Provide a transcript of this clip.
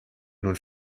nun